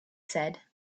said